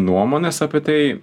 nuomonės apie tai